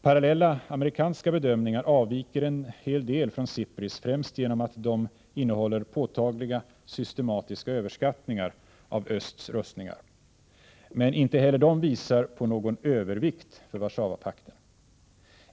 Parallella amerikanska bedömningar avviker en hel del från SIPRI:s, främst därför att de innehåller påtagliga systematiska överskattningar av rustningarna i öst. Inte heller de visar dock på någon övervikt för Warszawapakten.